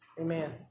Amen